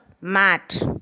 mat